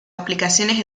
aplicaciones